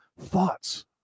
thoughts